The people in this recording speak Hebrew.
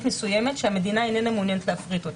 מסוימת שהמדינה איננה מעוניינת להפריט אותה.